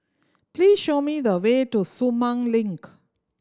please show me the way to Sumang Link